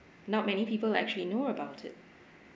not many people actually know about it